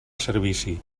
servici